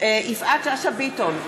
יפעת שאשא ביטון,